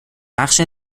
بخش